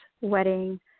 wedding